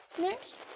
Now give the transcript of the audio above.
next